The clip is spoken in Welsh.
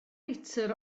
litr